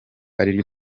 ari